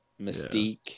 Mystique